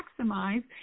maximize